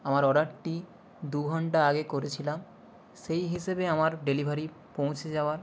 আমার অর্ডারটি দু ঘন্টা আগে করেছিলাম সেই হিসেবে আমার ডেলিভারি পৌঁছে যাওয়ার